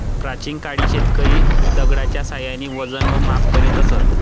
प्राचीन काळी शेतकरी दगडाच्या साहाय्याने वजन व माप करीत असत